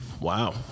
Wow